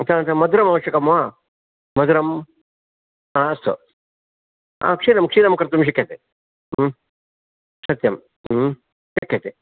तदनन्तरं मधुरम् अवश्यकं वा मधुरं अस्तु आम् क्षीरं क्षीरं कर्तुं शक्यते सत्यं शक्यते